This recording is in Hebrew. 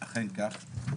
אכן כך,